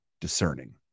discerning